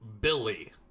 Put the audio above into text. Billy